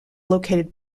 located